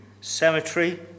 cemetery